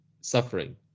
suffering